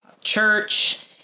church